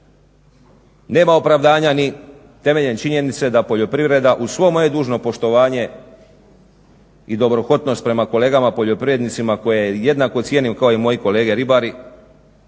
Nema opravdanja ni temeljem činjenice da poljoprivreda uz svo moje dužno poštovanje i dobrohotnost prema kolegama poljoprivrednicima koje jednako cijenim kao i moji kolege ribari,